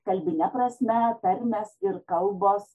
kalbine prasme tarmės ir kalbos